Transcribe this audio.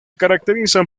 caracterizan